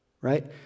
Right